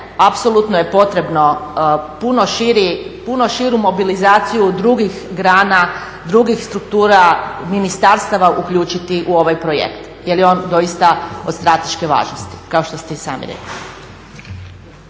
apsolutno je potrebno puno širu mobilizaciju drugih grana, drugih struktura ministarstava uključiti u ovaj projekt jer je on doista od strateške važnosti kao što ste i sami rekli.